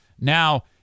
Now